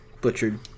butchered